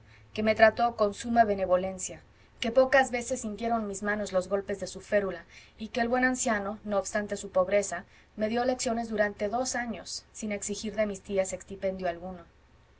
que me trató con suma benevolencia que pocas veces sintieron mis manos los golpes de su férula y que el buen anciano no obstante su pobreza me dio lecciones durante dos años sin exigir de mis tías extipendio alguno